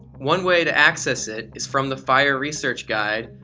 one way to access it is from the fire research guide.